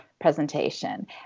presentation